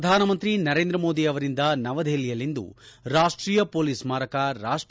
ಪ್ರಧಾನ ಮಂತ್ರಿ ನರೇಂದ್ರ ಮೋದಿ ಅವರಿಂದ ನವದೆಹಲಿಯಲ್ಲಿಂದು ರಾಷ್ಷೀಯ ಪೊಲೀಸ್ ಸ್ನಾರಕ ರಾಷ್ಲಕ್ಷ ಸಮರ್ಪಣೆ